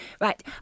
Right